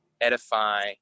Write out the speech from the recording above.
edify